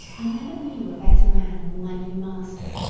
i never knew a better man than my new master.